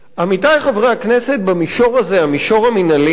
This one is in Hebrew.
עמיתי חברי הכנסת, במישור הזה, המישור המינהלי,